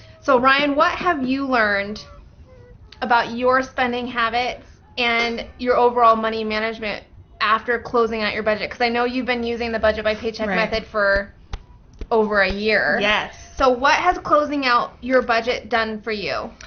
so ryen, what have you learned about your spending habits and your overall money management after closing out your budget? cause i know you've been using the budget by paycheck method for over a year yes. so what has closing out your budget done for you?